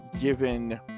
given